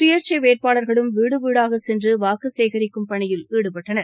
சுயேட்சை வேட்பாளர்களும் வீடு வீடாக சென்று வாக்கு சேகரிக்கும் பணியில் ஈடுபட்டனர்